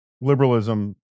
liberalism